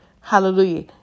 Hallelujah